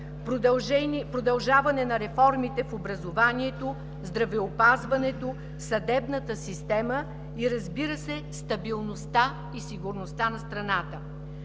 продължаване на реформите в образованието, в здравеопазването, съдебната система и, разбира се, стабилността и сигурността на страната.